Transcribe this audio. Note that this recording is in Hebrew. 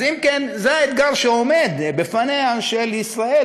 אם כן, זה האתגר שעומד בפני ישראל,